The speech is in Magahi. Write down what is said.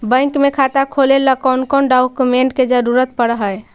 बैंक में खाता खोले ल कौन कौन डाउकमेंट के जरूरत पड़ है?